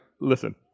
listen